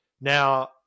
Now